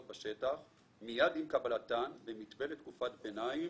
מיד עם קבלתן במתווה לתקופת ביניים